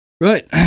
Right